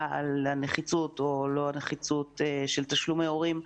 על הנחיצות או לא נחיצות של תשלומי ההורים,